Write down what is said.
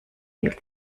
viel